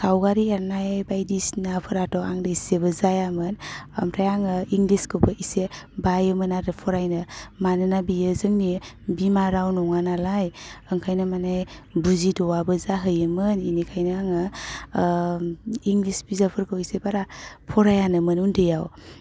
सावगारि एरनाय बायदिसिनाफोराथ' आंदो एसेबो जायामोन ओमफ्राय आङो इंलिसखौबो एसे बायोमोन आरो फरायनो मानोना बियो जोंनि बिमा राव नङा नालाय ओंखायनो माने बुजिद'वाबो जाहैयोमोन बिनिखायनो आङो इंलिस बिजाबफोरखौ एसे बारा फरायानोमोन उन्दैआव